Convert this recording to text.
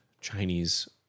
Chinese